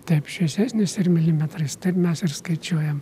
taip šviesesnis ir milimetrais taip mes ir skaičiuojam